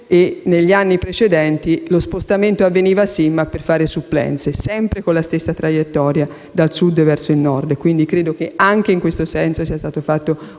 e negli anni precedenti lo spostamento avveniva, sì, ma per fare supplenze, sempre con la stessa traiettoria: dal Sud verso il Nord. Credo che anche in questo senso sia stato fatto un gigantesco